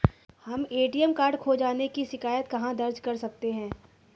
हम ATM card खो जाने की शिकायत कहाँ दर्ज कर सकते हैं?